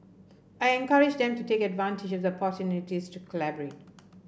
I encourage them to take advantage of the opportunities to collaborate